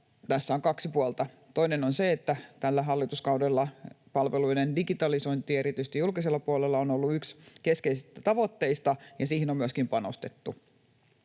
Tässä on kaksi puolta. Toinen on se, että tällä hallituskaudella palveluiden digitalisointi erityisesti julkisella puolella on ollut yksi keskeisistä tavoitteista, ja siihen on myöskin panostettu,